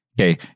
Okay